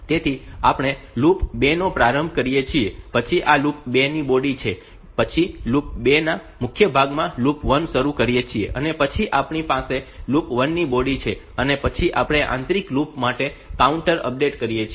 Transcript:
તેથી આપણે લૂપ 2 નો પ્રારંભ કરીએ છીએ પછી આ લૂપ 2 ની બોડી છે પછી લૂપ 2 ના મુખ્ય ભાગમાં લૂપ 1 શરૂ કરીએ છીએ અને પછી આપણી પાસે લૂપ 1 ની બોડી છે અને પછી આપણે આંતરિક લૂપ માટે કાઉન્ટર અપડેટ કરીએ છીએ